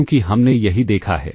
क्योंकि हमने यही देखा है